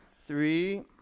three